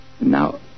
Now